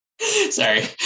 Sorry